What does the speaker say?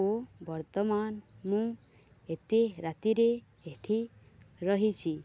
ଓ ବର୍ତ୍ତମାନ ମୁଁ ଏତେ ରାତିରେ ଏଠି ରହିଛି